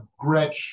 Gretsch